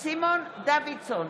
סימון דוידסון,